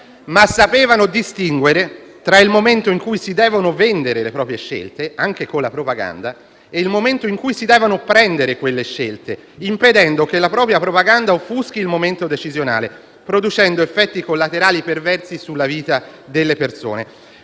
ma sapevano distinguere tra il momento in cui si devono vendere le proprie scelte, anche con la propaganda, e il momento in cui si devono prendere quelle scelte, impedendo che la propria propaganda offuschi il momento decisionale, producendo effetti collaterali perversi sulla vita delle persone.